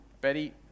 Betty